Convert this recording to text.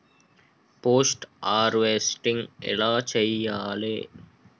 Post harvesting ఎలా చెయ్యాలే?